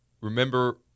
remember